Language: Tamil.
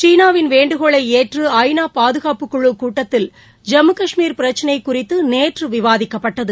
சீனாவின் வேண்டுகோளை ஏற்று ஐ நா பாதுகாப்புக் குழுக் கூட்டத்தில் ஜம்மு கஷமீர் பிரச்சினை குறிதது நேற்று விவாதிக்கப்பட்டது